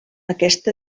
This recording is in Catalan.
aquest